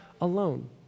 alone